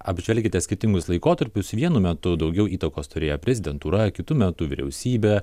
apžvelkite skirtingus laikotarpius vienu metu daugiau įtakos turėjo prezidentūra kitu metu vyriausybė